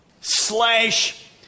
slash